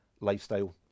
lifestyle